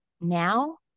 Now